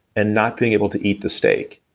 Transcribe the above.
and not being able to eat the steak.